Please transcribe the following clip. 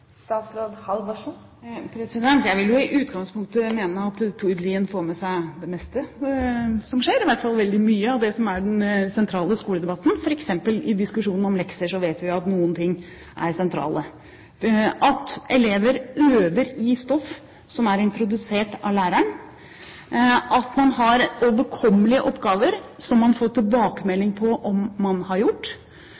meste som skjer – i hvert fall veldig mye av det som er den sentrale skoledebatten. For eksempel i diskusjonen om lekser vet vi at noen ting er sentrale: at elever øver på stoff som er introdusert av læreren, og at man har overkommelige oppgaver som man får